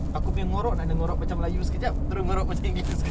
aku punya ngorok nak ne~ ngorok macam melayu sekejap terus ngorok macam english